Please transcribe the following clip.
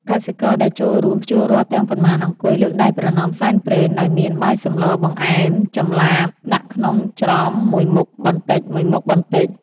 កសិករដែលចូលរួមភ្ជួររាស់ទាំងប៉ុន្មានអង្គុយ លើកដៃប្រណម្យសែនព្រេន ដោយមានបាយសម្ល បង្អែម ចម្លាប ដាក់ក្នុងច្រមមួយមុខបន្តិចៗ។